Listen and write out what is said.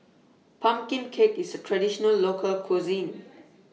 Pumpkin Cake IS A Traditional Local Cuisine